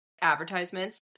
advertisements